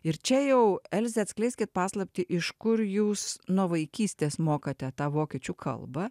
ir čia jau elze atskleiskit paslaptį iš kur jūs nuo vaikystės mokate tą vokiečių kalbą